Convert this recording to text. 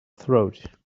throat